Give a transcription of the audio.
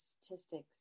statistics